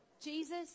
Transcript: Jesus